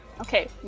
Okay